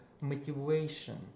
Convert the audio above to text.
motivation